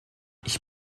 ich